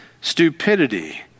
stupidity